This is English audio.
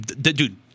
Dude